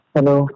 Hello